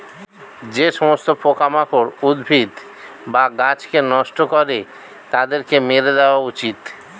যে সমস্ত পোকামাকড় উদ্ভিদ বা গাছকে নষ্ট করে তাদেরকে মেরে দেওয়া উচিত